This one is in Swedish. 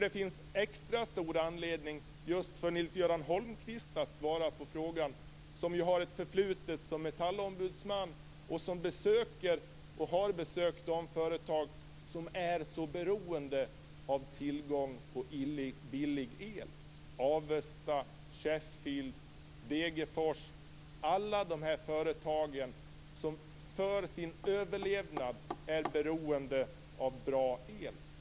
Det finns extra stor anledning för just Nils Göran Holmqvist att svara på den frågan som ju har ett förflutet som metallombudsman och som besökt de företag som är så beroende av tillgång på billig el - Avesta Sheffield, Degerfors och alla andra företag som för sin överlevnad är beroende av bra el.